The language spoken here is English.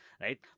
right